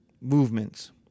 Movements